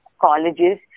colleges